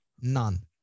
None